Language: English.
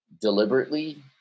deliberately